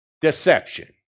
deception